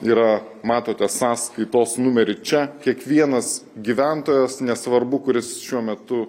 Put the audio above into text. yra matote sąskaitos numerį čia kiekvienas gyventojas nesvarbu kur jis šiuo metu